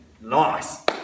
nice